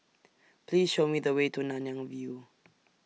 Please Show Me The Way to Nanyang View